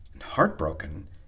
Heartbroken